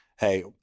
Hey